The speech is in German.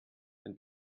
ein